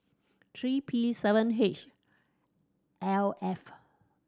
three P seven H L F